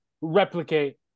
replicate